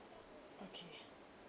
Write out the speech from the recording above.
okay